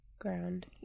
ground